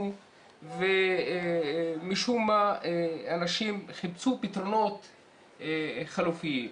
ומשום מה אנשים חיפשו פתרונות חלופיים.